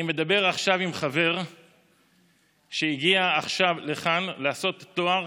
אני מדבר עכשיו עם חבר שהגיע עכשיו לכאן לעשות תואר,